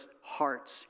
hearts